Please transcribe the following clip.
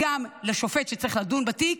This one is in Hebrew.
גם לשופט שצריך לדון בתיק,